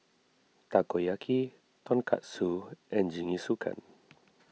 Takoyaki Tonkatsu and Jingisukan